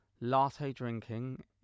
latte-drinking